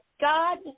God